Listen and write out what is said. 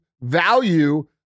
value